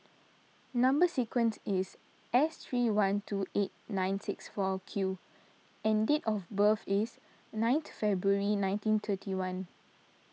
Number Sequence is S three one two eight nine six four Q and date of birth is ninth February ninety thirty one